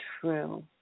true